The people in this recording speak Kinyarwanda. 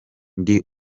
ndi